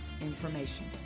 information